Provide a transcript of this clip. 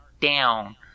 down